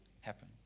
happen